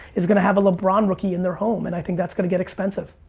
is gonna have a lebron rookie in their home and i think that's gonna get expensive.